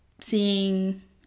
seeing